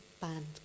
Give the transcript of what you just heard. band